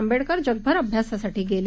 आंबेडकरजगभरअभ्यासासाठीगेले